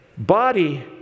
Body